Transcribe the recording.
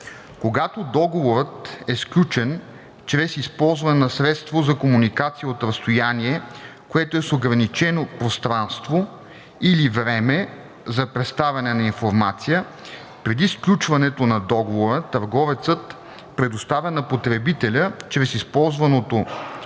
Когато договорът е сключен чрез използване на средство за комуникация от разстояние, което е с ограничено пространство или време за представяне на информация, преди сключването на договора търговецът предоставя на потребителя чрез използваното